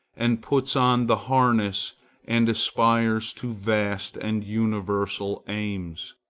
and puts on the harness and aspires to vast and universal aims.